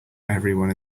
everyone